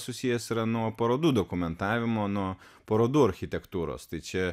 susijęs yra nuo parodų dokumentavimo nuo parodų architektūros tai čia